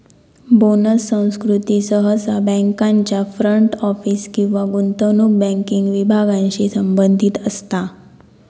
bonus संस्कृती सहसा बँकांच्या फ्रंट ऑफिस किंवा गुंतवणूक बँकिंग विभागांशी संबंधित असता